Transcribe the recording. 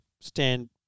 stand